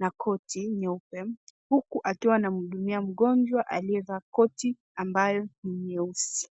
na koti nyeupe huku akiwa anamhudumia mgonjwa aliyevaa koti ambayo ni nyeusi.